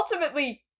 ultimately